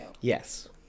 Yes